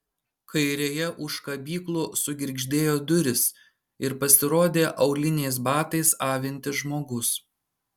kairėje už kabyklų sugirgždėjo durys ir pasirodė auliniais batais avintis žmogus